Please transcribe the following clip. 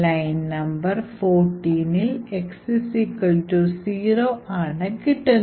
line number 14ൽ x0 ആണ് കിട്ടുന്നത്